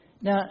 Now